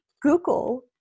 Google